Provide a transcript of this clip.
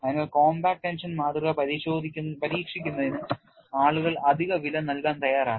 അതിനാൽ compact tension മാതൃക പരീക്ഷിക്കുന്നതിന് ആളുകൾ അധിക വില നൽകാൻ തയ്യാറാണ്